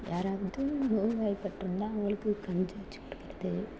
யாராவது நோய்வாய்பட்டுருந்தா அவங்களுக்கு கஞ்சி வச்சி கொடுக்கறது